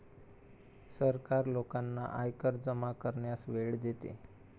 सरकार लोकांना आयकर जमा करण्यास वेळ देते